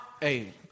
Hey